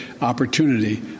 opportunity